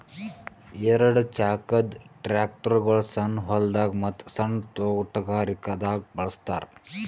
ಎರಡ ಚಾಕದ್ ಟ್ರ್ಯಾಕ್ಟರ್ಗೊಳ್ ಸಣ್ಣ್ ಹೊಲ್ದಾಗ ಮತ್ತ್ ಸಣ್ಣ್ ತೊಟಗಾರಿಕೆ ದಾಗ್ ಬಳಸ್ತಾರ್